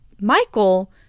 Michael